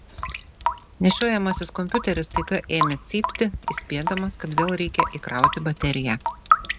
nešiojamasis kompiuteris staiga ėmė cypti įspėdamas kad vėl reikia įkrauti bateriją